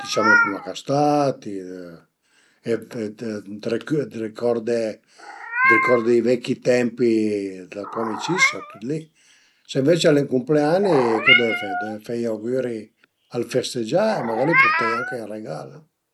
musteie a ün'autra persun-a a andé ën bici al e cume musteie a ün gagnu a andé ën bici, stesa coza, prima magari, magari nen cun le rutelin-e, però duvrìa cerché dë spiegheie cum a së sta drit, prima dë tüt deve ëmparé a rübaté, se rubate bin ses a post